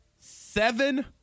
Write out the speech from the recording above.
seven